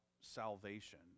salvation